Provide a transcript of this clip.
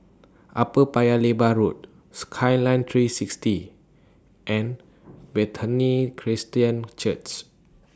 Upper Paya Lebar Road Skyline three sixty and Bethany Christian Church